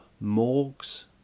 morgues